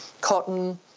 cotton